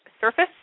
surface